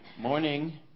morning